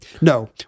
No